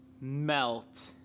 Melt